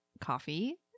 coffee